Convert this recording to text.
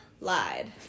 lied